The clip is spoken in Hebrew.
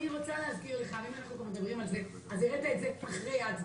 אני רוצה להסביר לך העלית את זה אחרי ההצבעה.